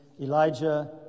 Elijah